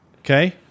Okay